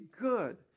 good